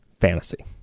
Fantasy